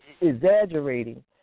exaggerating